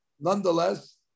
nonetheless